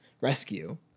rescue